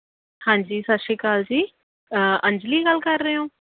ਹਾਂਜੀ ਸਤਿ ਸ਼੍ਰੀ ਅਕਾਲ ਜੀ ਅੰਜਲੀ ਗੱਲ ਕਰ ਰਹੇ ਹੋ